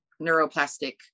neuroplastic